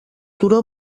turó